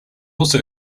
also